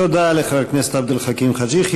תודה לחבר הכנסת עבד אל חכים חאג' יחיא.